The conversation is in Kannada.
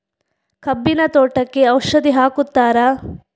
ಕಬ್ಬಿನ ತೋಟಕ್ಕೆ ಔಷಧಿ ಹಾಕುತ್ತಾರಾ?